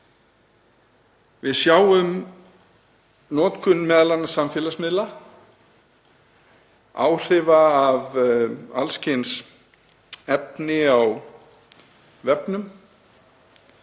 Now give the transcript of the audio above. Við sjáum notkun m.a. samfélagsmiðla, áhrif af alls kyns efni á vefnum,